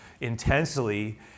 intensely